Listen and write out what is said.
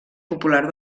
popular